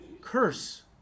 curse